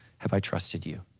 have i trusted you?